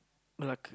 Malacca